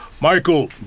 Michael